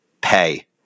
pay